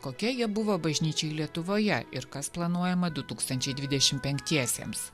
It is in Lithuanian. kokie jie buvo bažnyčiai lietuvoje ir kas planuojama du tūkstančiai dvidešim penktiesiems